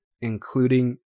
including